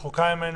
רחוקה ממנו,